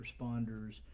responders